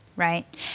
Right